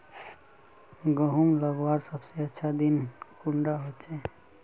गहुम लगवार सबसे अच्छा दिन कुंडा होचे?